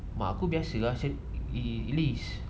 mak aku biasa same liz